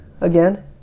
Again